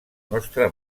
nostre